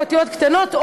באותיות קטנות,